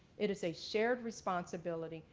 it is a shared responsibility,